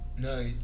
no